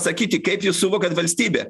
sakyti kaip jūs suvokiat valstybę